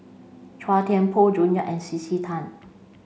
Chua Thian Poh June Yap and C C Tan